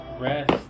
Rest